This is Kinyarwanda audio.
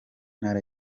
ntara